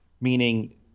meaning